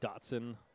Dotson